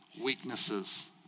weaknesses